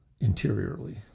interiorly